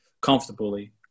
comfortably